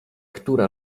która